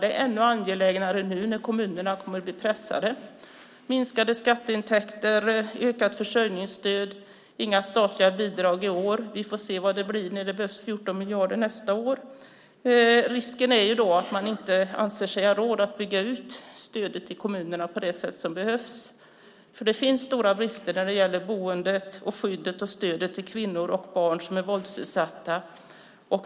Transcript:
Det är ännu angelägnare nu när kommunerna kommer att bli pressade av minskade skatteintäkter, ökat försörjningsstöd och utan statliga bidrag i år. Vi får se vad det blir när det behövs 14 miljarder nästa år. Risken är att man inte anser sig ha råd att bygga ut stödet till kommunerna på det sätt som behövs, för det finns stora brister när det gäller boendet, skyddet och stödet till kvinnor och barn som är våldsutsatta.